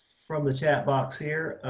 from the chat box here.